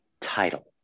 title